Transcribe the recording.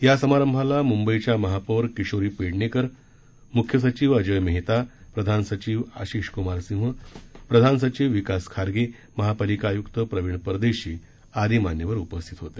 या समारंभाला मुंबईच्या महापौर किशोरी पेडणेकर मुख्य सचिव अजोय मेहता प्रधान सचिव आशिष कुमार सिंह प्रधान सचिव विकास खारगे महापालिका आयुक्त प्रवीण परदेशी आदी मान्यवर उपस्थित होते